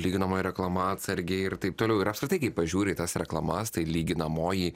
lyginamoji reklama atsargiai ir taip toliau ir apskritai kai pažiūri į tas reklamas tai lyginamoji